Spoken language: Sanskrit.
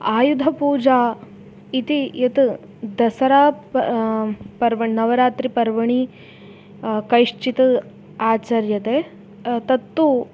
आयुधपूजा इति यत् दसरा प पर्वणि नवरात्रिपर्वणि कैश्चित् आचर्यते तत्तु